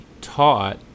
taught